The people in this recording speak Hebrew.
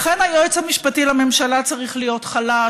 לכן היועץ המשפטי לממשלה צריך להיות חלש,